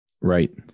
Right